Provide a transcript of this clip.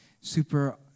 super